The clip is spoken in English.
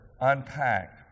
unpack